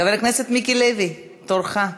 חבר הכנסת מיקי לוי, תורך.